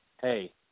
Hey